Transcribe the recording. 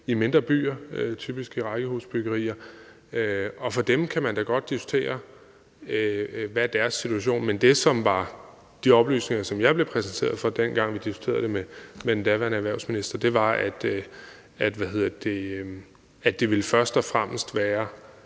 i mindre byer, typisk i rækkehusbyggerier. Deres situation kan man da godt diskutere, men de oplysninger, som jeg blev præsenteret for, dengang vi diskuterede det med den daværende erhvervsminister, var, at det først og fremmest ville